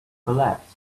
collapsed